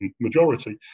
majority